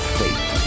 faith